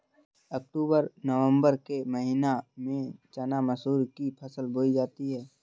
अक्टूबर नवम्बर के महीना में चना मसूर की फसल बोई जाती है?